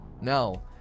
No